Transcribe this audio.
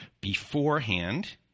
beforehand